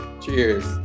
Cheers